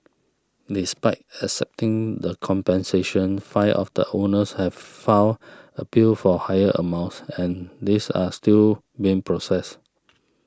despite accepting the compensation five of the owners have filed appeals for higher amounts and these are still being processed